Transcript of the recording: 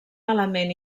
element